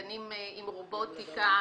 גנים עם רובוטיקה,